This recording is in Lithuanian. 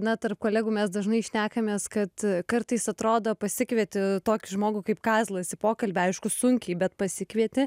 na tarp kolegų mes dažnai šnekamės kad kartais atrodo pasikvieti tokį žmogų kaip kazlas į pokalbį aišku sunkiai bet pasikvieti